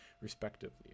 respectively